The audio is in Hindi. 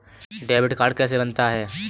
डेबिट कार्ड कैसे बनता है?